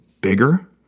bigger